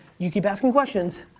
you keep asking questions,